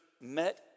met